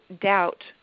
doubt